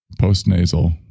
post-nasal